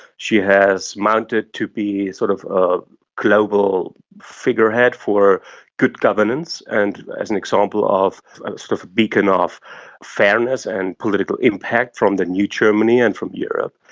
she has mounted to be sort of a global figurehead for good governance, and as an example of sort of a beacon of fairness and political impact from the new germany and from europe.